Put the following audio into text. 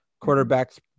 Quarterbacks